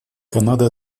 канада